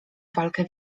walkę